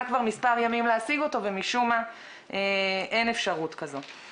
כבר כמה ימים להשיג ומשום מה אין אפשרות כזאת.